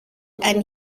and